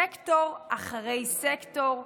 סקטור אחרי סקטור,